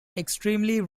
extremely